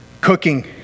cooking